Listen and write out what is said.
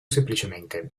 semplicemente